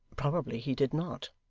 probably he did not.